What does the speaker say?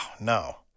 no